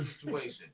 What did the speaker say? situation